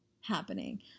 happening